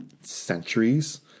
centuries